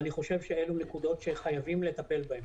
אני חושב שזאת נקודה שחייבים לטפל בה.